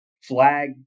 flag